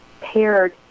paired